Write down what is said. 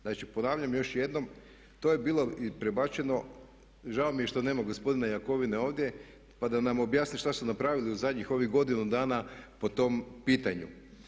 Znači, ponavljam još jednom to je bilo prebačeno, žao mi je što nema gospodina Jakovine ovdje pa da nam objasni što su napravili u zadnjih ovih godinu dana po tom pitanju.